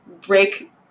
break